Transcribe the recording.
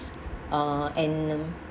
uh and